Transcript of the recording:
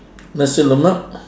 nasi lemak